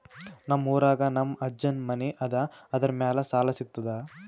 ನಮ್ ಊರಾಗ ನಮ್ ಅಜ್ಜನ್ ಮನಿ ಅದ, ಅದರ ಮ್ಯಾಲ ಸಾಲಾ ಸಿಗ್ತದ?